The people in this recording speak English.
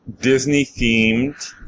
Disney-themed